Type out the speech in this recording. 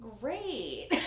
great